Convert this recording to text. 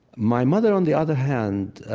my mother, on the other hand,